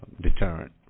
deterrent